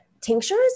Tinctures